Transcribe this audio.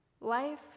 life